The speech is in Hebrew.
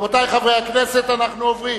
רבותי חברי הכנסת, אנחנו עוברים